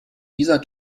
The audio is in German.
dieser